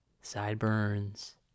Sideburns